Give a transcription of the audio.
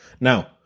Now